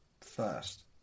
first